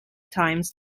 times